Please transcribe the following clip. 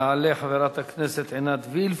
תעלה חברת הכנסת עינת וילף,